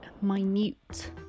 minute